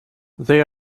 they